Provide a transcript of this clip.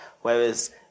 Whereas